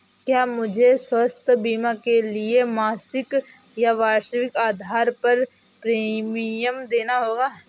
क्या मुझे स्वास्थ्य बीमा के लिए मासिक या वार्षिक आधार पर प्रीमियम देना होगा?